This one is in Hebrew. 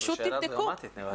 פשוט תבדקו.